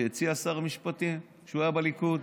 אותה הצעה שהציע שר המשפטים כשהיה בליכוד.